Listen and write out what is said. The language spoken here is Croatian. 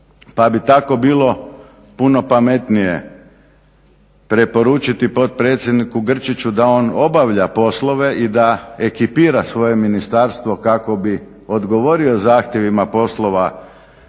pa bi tako bilo puno pametnije preporučiti potpredsjedniku Grčiću da on obavlja poslove i da ekipira svoje ministarstvo kako bi odgovorio zahtjevima poslova